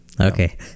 Okay